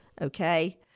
Okay